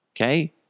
Okay